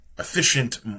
efficient